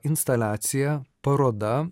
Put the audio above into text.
instaliacija paroda